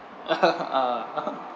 ah